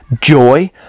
joy